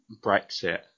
Brexit